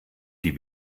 die